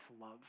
love